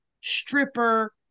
stripper